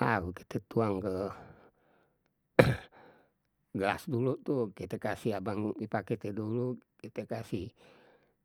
Ah udah tu tuang ke gelas dulu tuh, kite kasih abang ipar kite dulu, kita kasih.